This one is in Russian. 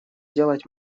сделать